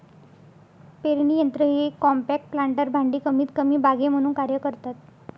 पेरणी यंत्र हे कॉम्पॅक्ट प्लांटर भांडी कमीतकमी बागे म्हणून कार्य करतात